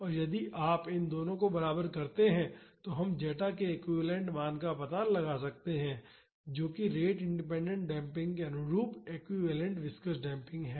तो यदि आप इन दोनों को बराबर करते हैं तो हम जेटा के एक्विवैलेन्ट मान का पता लगा सकते हैं जो कि रेट इंडिपेंडेंट डेम्पिंग के अनुरूप एक्विवैलेन्ट विस्कॉस डेम्पिंग है